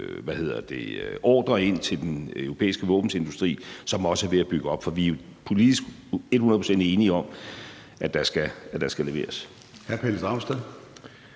ordrer ind til den europæiske våbenindustri, som også er ved at bygge op, for vi er politisk hundrede procent enige om, at der skal leveres.